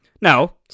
Now